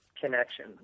connection